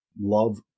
love